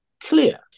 clear